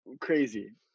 Crazy